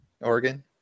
Oregon